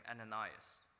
Ananias